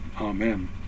Amen